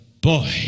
boy